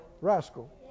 rascal